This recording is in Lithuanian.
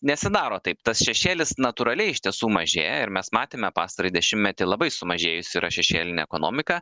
nesidaro taip tas šešėlis natūraliai iš tiesų mažėja ir mes matėme pastarąjį dešimtmetį labai sumažėjusi yra šešėlinė ekonomika